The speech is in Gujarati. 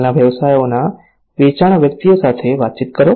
હાલના વ્યવસાયોના વેચાણ વ્યક્તિઓ સાથે વાતચીત કરો